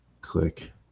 click